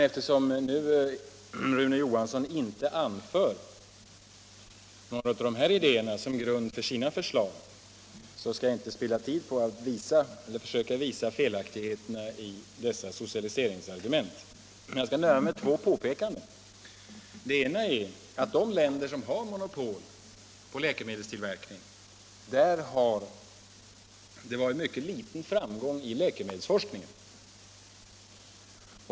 Eftersom nu Rune Johansson inte anför några av dessa idéer som grund för sina förslag skall jag inte spilla tid på att försöka visa felaktigheterna i dessa socialiseringsargument. Jag skall nöja mig med två påpekanden. Det ena är att de länder som har statsmonopol på läkemedelstillverkning tycks ha haft mycket liten framgång i läkemedelsforskning.